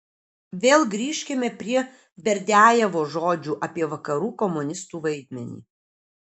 vėl grįžkime prie berdiajevo žodžių apie vakarų komunistų vaidmenį